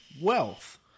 wealth